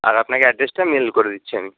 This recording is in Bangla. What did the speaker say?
আর আপনাকে অ্যাড্রেসটা মেল করে দিচ্ছি আমি